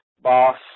boss